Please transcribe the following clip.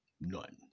None